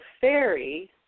fairy